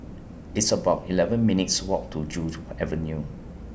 It's about eleven minutes' Walk to Joo Avenue